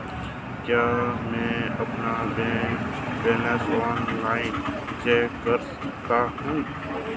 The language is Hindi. क्या मैं अपना बैंक बैलेंस ऑनलाइन चेक कर सकता हूँ?